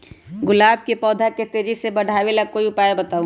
गुलाब के पौधा के तेजी से बढ़ावे ला कोई उपाये बताउ?